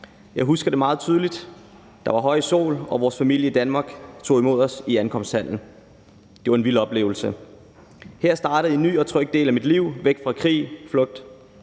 Jeg husker det meget tydeligt: Der var høj sol, og vores familie i Danmark tog imod os i ankomsthallen. Det var en vild oplevelse. Her startede en ny og tryg del af mit liv væk fra krig, flugt